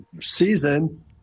season